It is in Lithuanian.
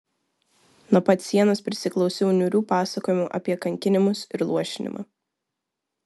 nuo pat sienos prisiklausiau niūrių pasakojimų apie kankinimus ir luošinimą